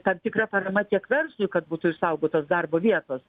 tam tikra parama tiek verslui kad būtų išsaugotos darbo vietos